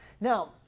Now